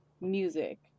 music